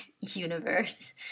universe